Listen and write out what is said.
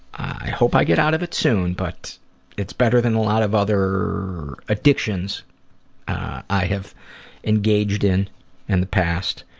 i hope i get out of it soon, but it's better than a lot of other addictions i have engaged in in and the past